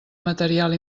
material